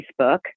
Facebook